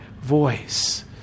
voice